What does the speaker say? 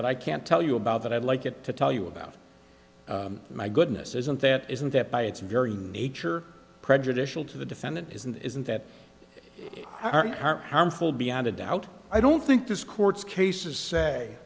that i can't tell you about that i'd like it to tell you about my goodness isn't that isn't that by its very nature prejudicial to the defendant isn't isn't that our heart harmful beyond a doubt i don't think this court's cases say